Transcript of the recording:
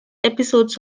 episodes